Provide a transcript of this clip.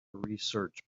research